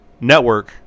network